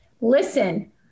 listen